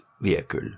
vehicle